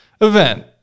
event